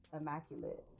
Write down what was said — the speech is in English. immaculate